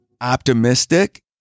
optimistic